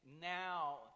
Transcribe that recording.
now